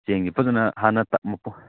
ꯆꯦꯡꯁꯤ ꯐꯖꯅ ꯍꯥꯟꯅ ꯇꯛ